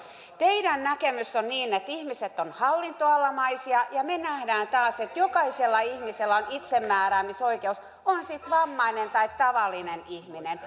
teidän näkemyksenne on se että ihmiset ovat hallintoalamaisia ja me näemme taas että jokaisella ihmisellä on itsemääräämisoikeus on sitten vammainen tai tavallinen ihminen